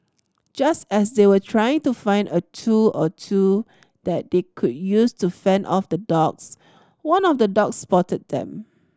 just as they were trying to find a tool or two that they could use to fend off the dogs one of the dogs spotted them